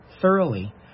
thoroughly